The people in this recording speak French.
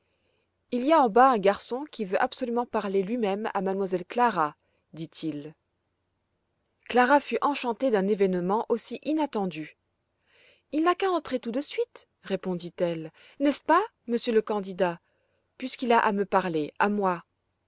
il y a en bas un garçon qui veut absolument parler lui-même à m elle clara dit-il clara fut enchantée d'un événement aussi inattendu il n'a qu'à entrer tout de suite répondit-elle n'est-ce pas monsieur le candidat puisqu'il a à me parler à moi